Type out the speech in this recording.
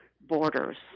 borders